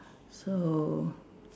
so